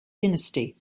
dynasty